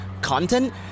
content